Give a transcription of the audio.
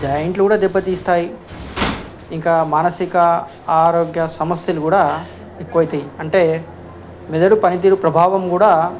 జాయింట్లు కూడా దెబ్బతీస్తాయి ఇంకా మానసిక ఆరోగ్య సమస్యలు కూడా ఎక్కువ అవుతాయి అంటే మెదడు పనితీరు ప్రభావం కూడా